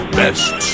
best